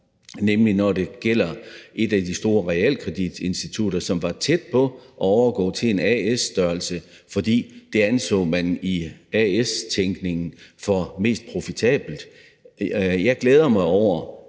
nemlig når det gælder et af de store realkreditinstitutter, som var tæt på at overgå til en a/s-størrelse, fordi man i a/s-tænkningen anså det for mest profitabelt. Jeg glæder mig over,